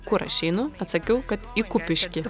kur aš einu atsakiau kad į kupiškį